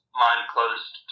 mind-closed